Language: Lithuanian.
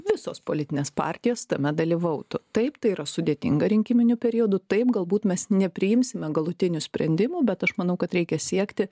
visos politinės partijos tame dalyvautų taip tai yra sudėtinga rinkiminiu periodu taip galbūt mes nepriimsime galutinių sprendimų bet aš manau kad reikia siekti